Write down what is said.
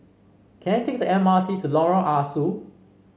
can I take the M R T to Lorong Ah Soo